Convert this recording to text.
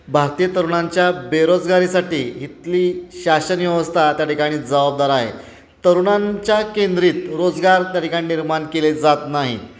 भारतीय तरुणांच्या बेरोजगारीसाठी इथली शासनव्यवस्था त्या ठिकाणी जबाबदार आहे तरुणांच्या केंद्रित रोजगार त्या ठिकाणी निर्माण केले जात नाही